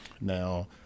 Now